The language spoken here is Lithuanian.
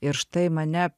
ir štai mane